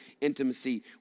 intimacy